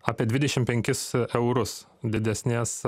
apie dvidešim penkis eurus didesnės